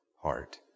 heart